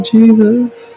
Jesus